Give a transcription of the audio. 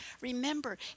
Remember